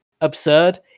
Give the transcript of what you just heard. absurd